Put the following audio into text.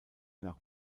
nach